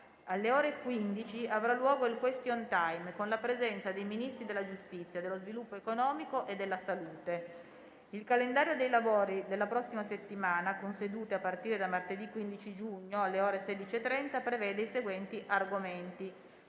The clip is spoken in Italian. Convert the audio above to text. Alle ore 15 avrà luogo il *question time* con la presenza dei Ministri della giustizia, dello sviluppo economico e della salute. Il calendario dei lavori della prossima settimana, con sedute a partire da martedì 15 giugno, alle ore 16,30, prevede i seguenti argomenti: